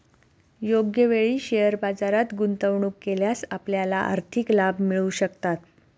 योग्य वेळी शेअर बाजारात गुंतवणूक केल्यास आपल्याला आर्थिक लाभ मिळू शकतात